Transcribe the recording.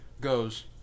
goes